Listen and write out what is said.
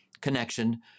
connection